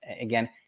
again